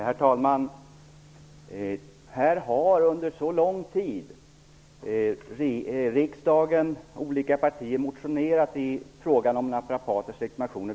Herr talman! Under lång tid har olika partier i riksdagen motionerat om legitimering av naprapater.